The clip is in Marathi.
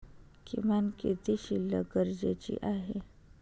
किमान किती शिल्लक गरजेची आहे?